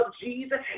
Jesus